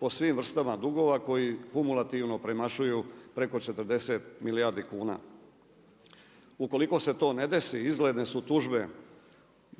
po svim vrstama dugova koji kumulativno premašuju preko 40 milijardi kuna. Ukoliko se to ne desi, izgledne su tužbe